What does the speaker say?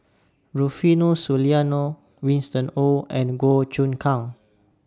Rufino Soliano Winston Oh and Goh Choon Kang